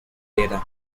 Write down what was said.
data